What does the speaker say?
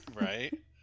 right